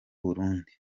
burundi